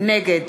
נגד